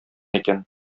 икән